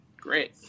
great